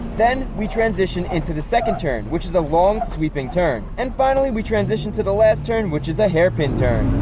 then we transition into the second turn, which is a long, sweeping turn and finally we transition to the last turn, which is a hairpin turn.